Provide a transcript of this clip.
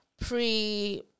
pre